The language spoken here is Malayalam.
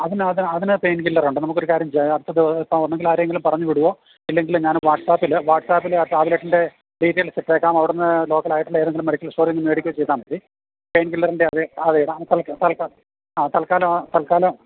അതിന് അതിന് പെയിൻ കില്ലറൊണ്ട് നമുക്ക് കാര്യം ചെയ്യാം അടുത്ത ദിവസം ഒന്നെങ്കിൽ ആരെങ്കിലും പറഞ്ഞു വിടുമോ ഇല്ലെങ്കിൽ ഞാൻ വാട്സാപിൽ വാട്സാപിൽ ആ ടാബ്ലറ്റിൻ്റെ ഡീറ്റെയിൽസ് ഇട്ടേക്കാം അവിടുന്ന് ലോക്കലായിട്ടുള്ള ഏതെങ്കിലും മെഡിക്കൽ സ്റ്റോറിൽ നിന്ന് മേടിക്കുകയോ ചെയ്താൽ മതി പെയിൻ കില്ലറിൻ്റെ അതെ തൽക്കാലം തൽക്കാലം